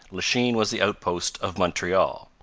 lachine was the outpost of montreal.